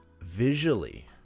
visually